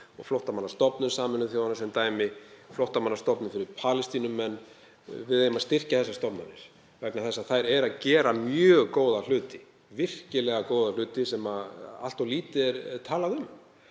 og Flóttamannastofnun Sameinuðu þjóðanna sem dæmi, flóttamannastofnun fyrir Palestínumenn. Við eigum að styrkja þessar stofnanir vegna þess að þær hafa gert mjög góða hluti, virkilega góða hluti sem allt of lítið er talað um.